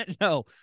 No